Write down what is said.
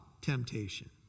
temptation